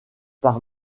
par